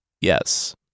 Yes